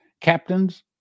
Captains